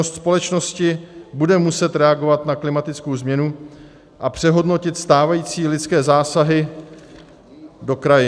Činnost společnosti bude muset reagovat na klimatickou změnu a přehodnotit stávající lidské zásahy do krajiny.